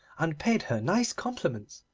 and paid her nice compliments.